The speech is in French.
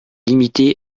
limitée